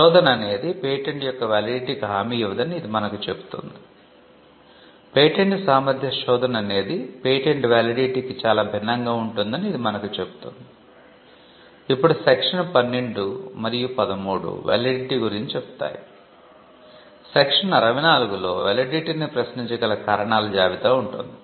శోధన అనేది పేటెంట్ యొక్క వాలిడిటి ని ప్రశ్నించగల కారణాల జాబితా ఉంటుంది